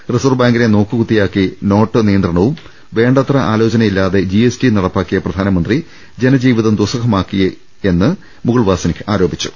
reserve ബാങ്കിനെ നോക്കുകുത്തി യാക്കി not നിയന്ത്രണവും വേണ്ടത്ര ആലോചനയില്ലാതെ ജി എസ് ടിയും നടപ്പാക്കിയ പ്രധാനമന്ത്രി ജനജീവിതം ദുസ്സഹമാക്കിയിരിക്കുകയാണെന്നും മുകുൾവാസ്നിക് ആരോപിച്ചു